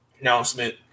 announcement